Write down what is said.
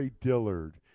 Dillard